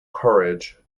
courage